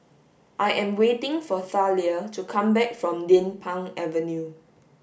I am waiting for Thalia to come back from Din Pang Avenue